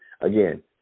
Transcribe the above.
again